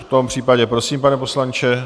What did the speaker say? V tom případě prosím, pane poslanče.